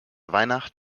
weihnacht